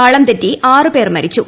പാളം തെറ്റി ആറ് പേർ മരിച്ചു